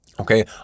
okay